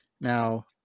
now